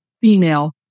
female